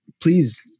please